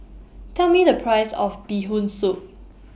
Tell Me The Price of Bee Hoon Soup